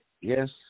yes